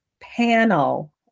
panel